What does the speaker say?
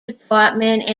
department